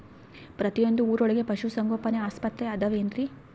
ಪ್ರತಿಯೊಂದು ಊರೊಳಗೆ ಪಶುಸಂಗೋಪನೆ ಆಸ್ಪತ್ರೆ ಅದವೇನ್ರಿ?